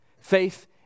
Faith